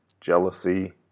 jealousy